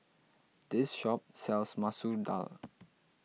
this shop sells Masoor Dal